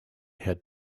had